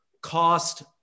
cost